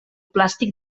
plàstic